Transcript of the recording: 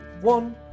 one